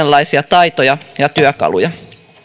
uudenlaisia taitoja ja työkaluja